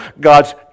God's